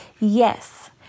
Yes